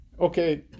okay